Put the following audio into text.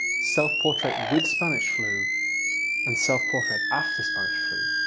self-portrait with spanish flu and self-portrait after spanish flu.